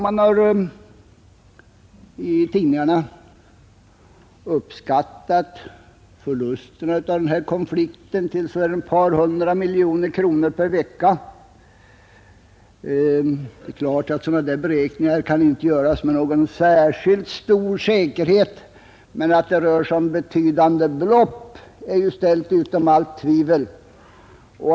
Man har i tidningarna uppskattat förlusterna genom den pågående konflikten till ett par hundra miljoner kronor per vecka. Det är klart att sådana beräkningar inte kan göras med någon särskilt stor säkerhet, men att det rör sig om betydande belopp är ställt utom allt tvivel.